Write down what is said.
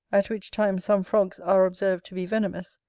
at which time some frogs are observed to be venomous,